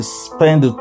spend